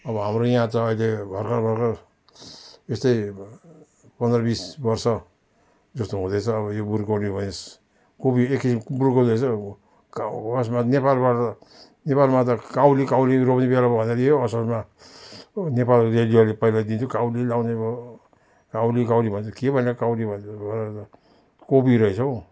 अब हाम्रो यहाँ त अहिले भर्खर भर्खर यस्तै पन्ध्र बिस वर्ष जस्तो हुँदैछ अब यो ब्रोकाउली भयो यस कोपी एक किसिमको ब्रोकाउली रहेछ नेपालबाट नेपालमा त काउली काउली रोप्ने बेला भन्दै थियो असोजमा नेपालको रेडियोले पहिला दिन्थ्यो काउली लगाउनु भयो काउली काउली भन्थ्यो के भनेको काउली भनेको भरे त कोपी रहेछ